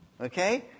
Okay